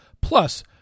plus